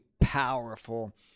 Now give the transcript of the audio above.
powerful